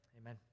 amen